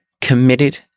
committed